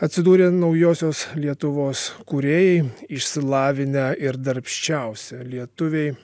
atsidūrė naujosios lietuvos kūrėjai išsilavinę ir darbščiausi lietuviai